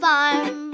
Farm